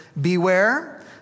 beware